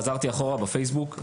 חזרתי אחורה בפייסבוק,